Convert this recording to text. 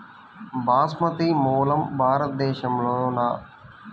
బాస్మతి మూలం భారతదేశంలోనా?